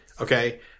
Okay